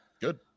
Good